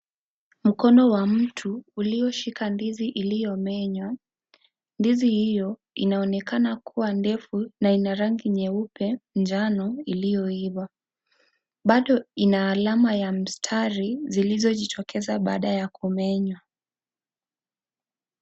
Mkono wa mtu iliyoshika ndizi iliyomenya. Ndizi hiyo inaonekana kuwa ndefu na ina rangi nyeupe njano iliyoiva. Bado ina alama ya mstari zilizojitokeza baada ya kumenywa.